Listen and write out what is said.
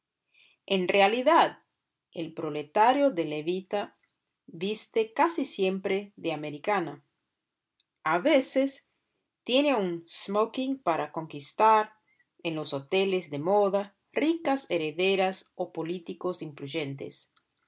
en realidad el proletario de levita viste casi siempre de americana a veces tiene un smocking para conquistar en los hoteles de moda ricas herederas o políticos influyentes